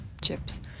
chips